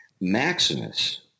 Maximus